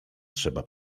trzeba